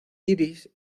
iris